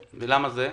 מדוע?